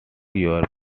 your